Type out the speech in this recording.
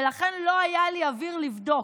ולכן לא היה לי אוויר לבדוק,